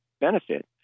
benefit